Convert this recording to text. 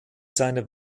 seine